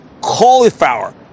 cauliflower